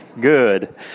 Good